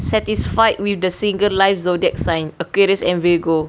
satisfied with the single life zodiac sign aquarius and virgo